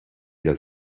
dal